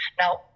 Now